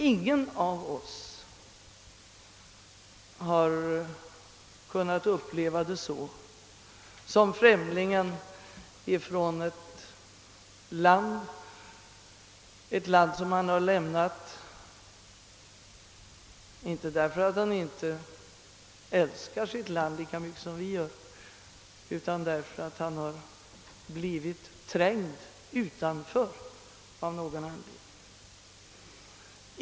Ingen av oss har kunnat uppleva det så som den främling vilken kommer från ett land som han lämnat, inte därför att han inte älskar det lika mycket som vi vårt, utan därför att han blivit trängd utanför av någon anledning.